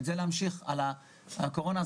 מעבר לקורונה.